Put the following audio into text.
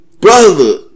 brother